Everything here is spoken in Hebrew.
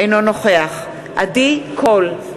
אינו נוכח עדי קול,